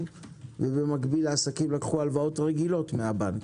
ובמקביל העסקים לקחו הלוואות רגילות מהבנק.